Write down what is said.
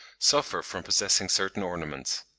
suffer from possessing certain ornaments.